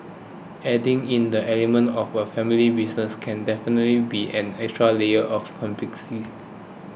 adding in the element of a family business can definitely be an extra layer of complexity